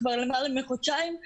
כבר למעלה מחודשיים,